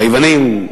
היוונים,